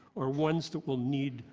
or ones that will need.